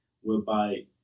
whereby